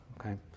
okay